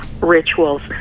rituals